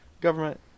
government